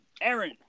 Aaron